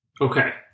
Okay